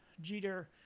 jeter